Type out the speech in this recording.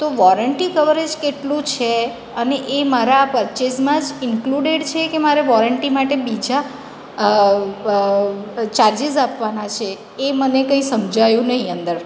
તો warranty coverage કેટલું છે અને એ મારા પરચેસમાંજ ઇન્કલુડેડ છે કે મારે વૉરંટી માટે બીજા ચાર્જિસ આપવાના છે એ મને કંઈ સમજાયું નહીં અંદર